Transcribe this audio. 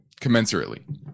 commensurately